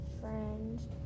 friends